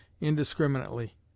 indiscriminately